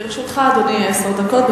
לרשותך, אדוני, עשר דקות.